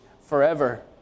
forever